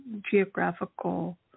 geographical